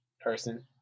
person